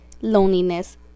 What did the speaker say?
loneliness